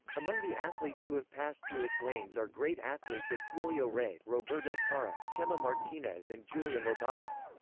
among the athletes who have passed through its lanes are great athletes as julio rey, roberto parra, chema martinez and julia lobato.